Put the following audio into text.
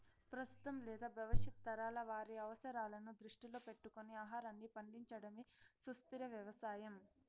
ప్రస్తుతం లేదా భవిష్యత్తు తరాల వారి అవసరాలను దృష్టిలో పెట్టుకొని ఆహారాన్ని పండించడమే సుస్థిర వ్యవసాయం